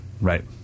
Right